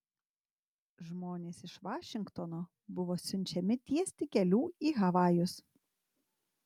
žmonės iš vašingtono buvo siunčiami tiesti kelių į havajus